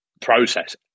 process